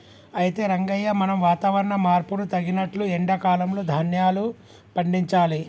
అయితే రంగయ్య మనం వాతావరణ మార్పును తగినట్లు ఎండా కాలంలో ధాన్యాలు పండించాలి